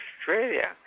Australia